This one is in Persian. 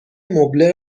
مبله